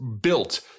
built